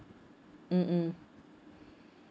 mm mm